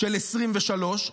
של 2023?